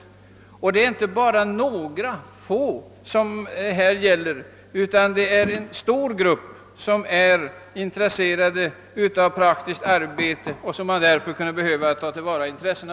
Det gäller här inte bara några få utan det är en stor grupp som är intresserad av praktiskt arbete och vars intressen man skulle behöva tillvarata.